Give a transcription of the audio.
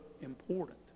important